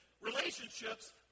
relationships